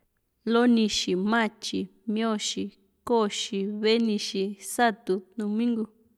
lonixi, matyi, mioxi, koxi, venixi, satu, numingu